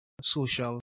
social